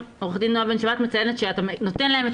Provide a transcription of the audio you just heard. עו"ד נעה בן שבת מציינת שאתה נותן להם את